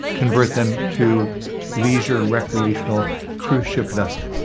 convert them to lesia recreational cruise ship vessels